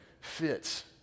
fits